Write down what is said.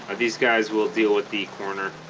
ah these guys will deal with the corner